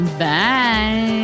bye